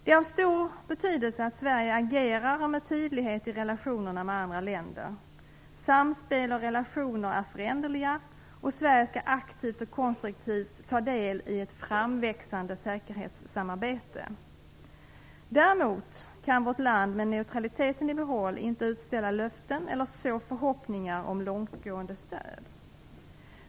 Det är av stor betydelse att Sverige agerar med tydlighet i relationerna med andra länder. Samspel och relationer är föränderliga, och Sverige skall aktivt och konstruktivt ta del i ett framväxande säkerhetssamarbete. Däremot kan vårt land, med neutraliteten i behåll, inte utställa löften eller så förhoppningar om långtgående stöd.